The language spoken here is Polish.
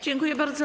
Dziękuję bardzo.